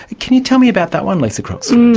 can you tell me about that one, lisa croxford?